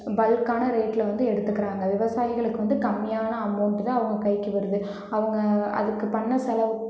பல்க்கான ரேட்டில் வந்து எடுத்துக்கிறாங்க விவசாயிகளுக்கு வந்து கம்மியான அமௌண்ட்டு தான் அவங்க கைக்கு வருது அவங்க அதுக்கு பண்ணிண செலவு